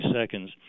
seconds